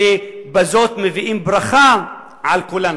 ובזאת מביאים ברכה על כולנו.